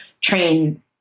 train